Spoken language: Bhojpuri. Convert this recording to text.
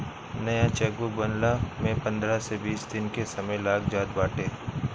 नया चेकबुक बनला में पंद्रह से बीस दिन के समय लाग जात बाटे